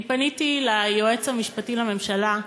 אני פניתי ליועץ המשפטי לממשלה,